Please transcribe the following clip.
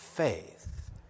Faith